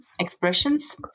expressions